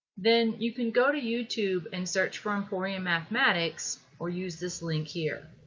then you can go to youtube and search for emporium mathematics or use this link here.